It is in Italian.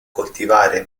coltivare